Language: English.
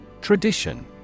Tradition